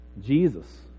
Jesus